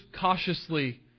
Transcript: cautiously